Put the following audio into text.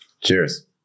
Cheers